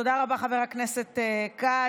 תודה רבה, חבר הכנסת כץ.